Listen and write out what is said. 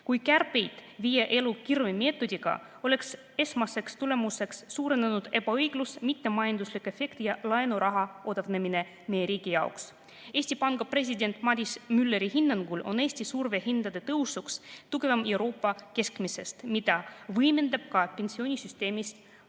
Kui kärpeid viia ellu kirvemeetodiga, oleks esmaseks tulemuseks suurenenud ebaõiglus, mitte majanduslik efekt ja laenuraha odavnemine meie riigi jaoks. Eesti Panga presidendi Madis Mülleri hinnangul on Eestis surve hindade tõusuks tugevam Euroopa keskmisest, mida võimendab ka pensionisüsteemist lahkunud